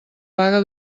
vaga